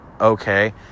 okay